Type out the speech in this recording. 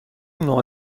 نوع